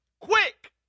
quick